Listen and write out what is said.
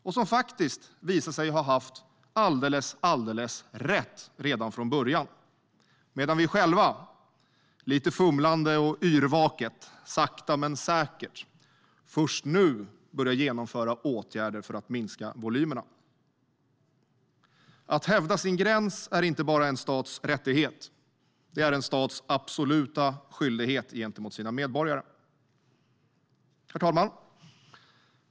Det har visat sig ha haft alldeles, alldeles rätt redan från början, medan vi själva, lite fumlande och yrvaket, sakta men säkert, först nu börjar genomföra åtgärder för att minska volymerna. Att hävda sin gräns är inte bara en stats rättighet. Det är en stats absoluta skyldighet gentemot sina medborgare. Herr talman!